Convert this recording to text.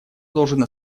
должен